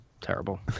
Terrible